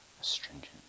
Astringent